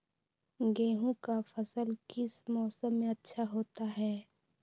गेंहू का फसल किस मौसम में अच्छा होता है?